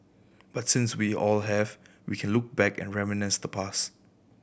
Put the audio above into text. but since we all have we can look back and reminisce the past